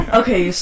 okay